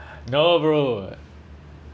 no bro